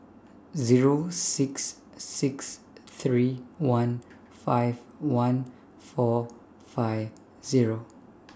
Zero six six three one five one four five Zero